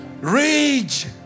Rage